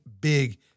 big